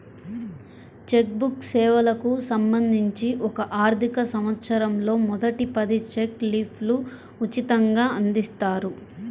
check book సేవలకు సంబంధించి ఒక ఆర్థికసంవత్సరంలో మొదటి పది చెక్ లీఫ్లు ఉచితంగ అందిస్తారు